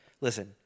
listen